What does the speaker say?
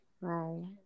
Right